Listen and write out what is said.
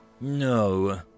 No